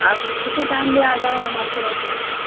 آپ کسی ٹائم بھی آ جاؤ ہم آپ کو دیکھ لیں گے